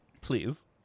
please